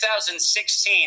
2016